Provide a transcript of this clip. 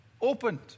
opened